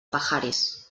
pajares